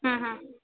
ਹਮ ਹਮ